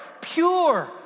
pure